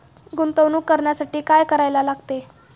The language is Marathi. गुंतवणूक करण्यासाठी काय करायला लागते?